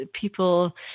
people